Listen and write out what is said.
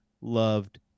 loved